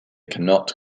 cannot